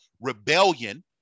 rebellion